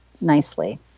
nicely